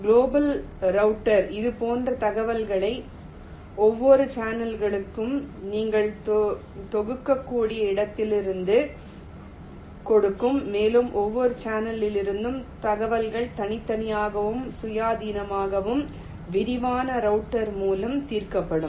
global router இது போன்ற தகவல்களை ஒவ்வொரு சேனலுக்கும் நீங்கள் தொகுக்கக்கூடிய இடத்திலிருந்து கொடுக்கும் மேலும் ஒவ்வொரு சேனலிலிருந்தும் தகவல்கள் தனித்தனியாகவும் சுயாதீனமாகவும் விரிவான ரௌட்டர் மூலம் தீர்க்கப்படும்